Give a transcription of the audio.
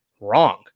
Wrong